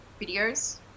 videos